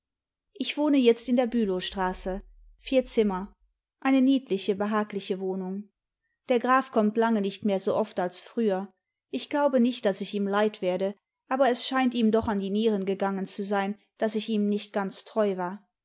ich wohne jetzt in der bülowstraße vier zinmier eine niedliche behagliche wohnung der graf kommt lange nicht mehr so oft als früher ich glaube nicht daß ich ihm leid werde aber es scheint ihm doch an die nieren gegangen zu sein daß ich ihm nicht ganz treu war